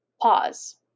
Pause